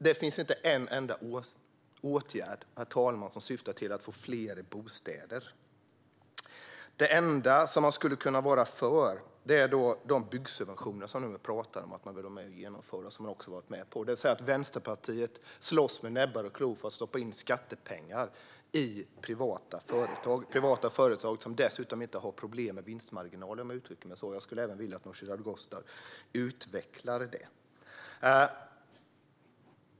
Där finns inte en enda åtgärd som syftar till att få fler bostäder. Det enda man är för är de byggsubventioner som man vill genomföra och även har varit med på. Vänsterpartiet slåss alltså med näbbar och klor för att stoppa in skattepengar i privata företag - företag som dessutom inte har problem med sina vinstmarginaler. Jag vill att Nooshi Dadgostar utvecklar detta.